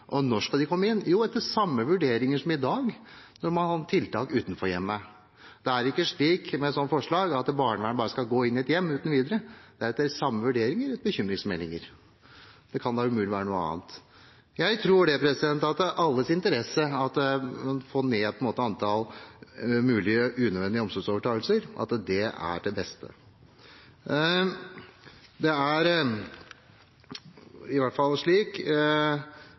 Og når skal de komme inn? Jo, etter samme vurderinger som i dag: når man har hatt tiltak utenfor hjemmet. Det er ikke slik med dette forslaget at barnevernet bare skal gå inn i et hjem uten videre. Det er etter de samme vurderinger, bl.a. etter bekymringsmeldinger. Det kan da umulig være noe annet. Jeg tror at det er i alles interesse å få ned antallet mulige, unødvendige omsorgsovertakelser. Det er det beste.